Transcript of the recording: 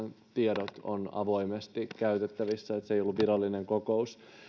tiedot ovat avoimesti käytettävissä että se ei ollut virallinen kokous